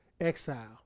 exile